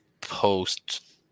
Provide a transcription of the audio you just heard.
post